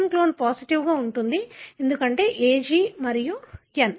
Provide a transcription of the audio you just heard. B1 clone పాజిటివ్గా ఉంటుంది ఎందుకంటే A G మరియు N